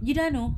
you dah know